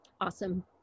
Awesome